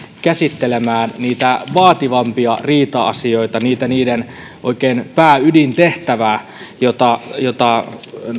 käsittelemään niitä vaativampia riita asioita niiden oikein pää ydintehtävää jota jota